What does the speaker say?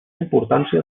importància